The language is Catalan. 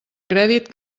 crèdit